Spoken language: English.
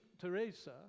Teresa